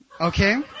Okay